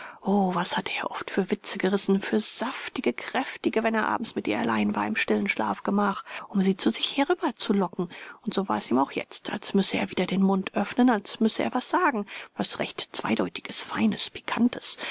was hatte er oft für witze gerissen für saftige kräftige wenn er abends mit ihr allein war im stillen schlafgemach um sie zu sich herüber zu locken und so war's ihm auch jetzt als müsse er wieder den mund öffnen als müsse er was sagen was recht zweideutiges feines pikantes